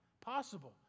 possible